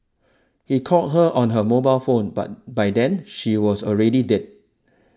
he called her on her mobile phone but by then she was already dead